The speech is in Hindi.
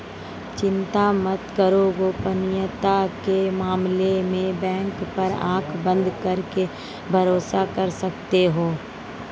चिंता मत करो, गोपनीयता के मामले में बैंक पर आँख बंद करके भरोसा कर सकते हो